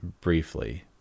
briefly